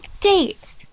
date